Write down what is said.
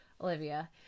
Olivia